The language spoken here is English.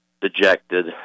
dejected